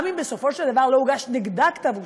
גם אם בסופו של דבר לא הוגש נגדה כתב אישום,